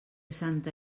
santa